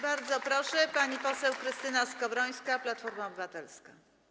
Bardzo proszę, pani poseł Krystyna Skowrońska, Platforma Obywatelska.